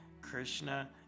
Krishna